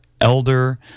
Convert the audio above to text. elder